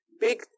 big